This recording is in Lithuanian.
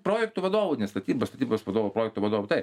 projektų vadovu ne statybos statybos vadovu projektų vadovu taip